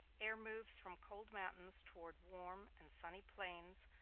air moves from cold mountains toward warm and sunny plains,